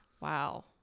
wow